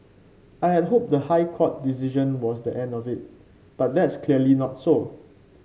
I had hoped the High Court decision was the end of it but that's clearly not so